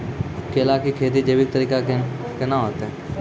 केला की खेती जैविक तरीका के ना होते?